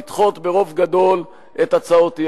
לדחות ברוב גדול את הצעות האי-אמון.